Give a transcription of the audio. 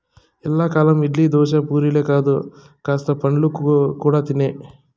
ఎల్లకాలం ఇడ్లీ, దోశ, పూరీలే కాదు కాస్త పండ్లు కూడా తినే